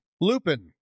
Lupin